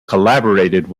collaborated